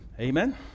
amen